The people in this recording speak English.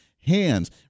hands